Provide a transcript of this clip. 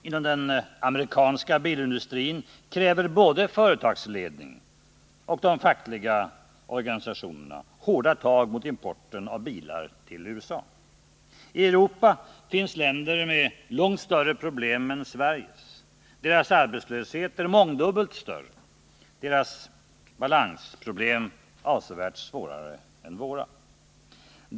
Inom den amerikanska bilindustrin kräver både företagsledning och fackliga organisationer hårda tag mot importen av bilar till USA. I Europa finns det länder med långt större problem än Sveriges. Deras arbetslöshet är mångdubbelt större och deras balansproblem avsevärt svårare.